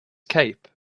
cape